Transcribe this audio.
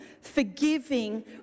forgiving